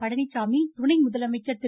பழனிசாமி துணை முதலமைச்சர் திரு